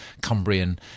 Cumbrian